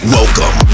Welcome